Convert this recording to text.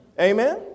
Amen